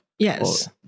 Yes